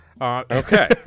Okay